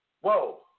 whoa